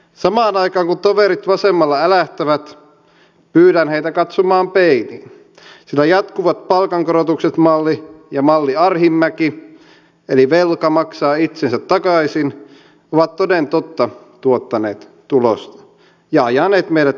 samaan aikaan kun toverit vasemmalla älähtävät pyydän heitä katsomaan peiliin sillä jatkuvat palkankorotukset malli ja malli arhinmäki eli velka maksaa itsensä takaisin ovat toden totta tuottaneet tulosta ja ajaneet meidät tähän suohon